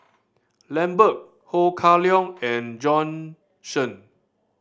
Lambert Ho Kah Leong and Bjorn Shen